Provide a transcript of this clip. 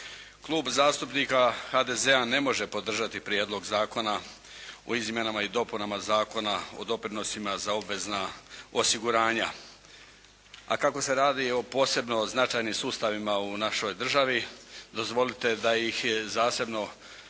Klub zastupnika HDZ-a ne može podržati Prijedlog zakona o izmjenama i dopunama Zakona o doprinosima za obvezna osiguranja. A kako se radi o posebno značajnim sustavima u našoj državi dozvolite da ih zasebno obrazložim,